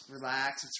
relax